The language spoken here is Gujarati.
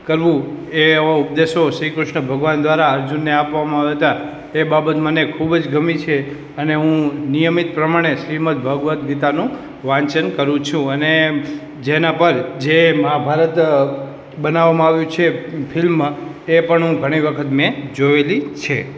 કરવું એ એવા ઉપદેશો શ્રી કૃષ્ણ ભગવાન દ્વારા અર્જુનને આપવામાં આવ્યા હતા તે બાબત મને ખૂબ જ ગમી છે અને હું નિયમિત પ્રમાણે શ્રીમદ્ ભગવદ્ ગીતાનું વાંચન કરું છું અને જેના પર જે મહાભારત બનાવવામાં આવ્યું છે ફિલ્મમાં તે પણ હું ઘણી વખત મેં જોયેલી છે